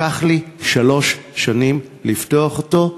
לקח לי שלוש שנים לפתוח אותו,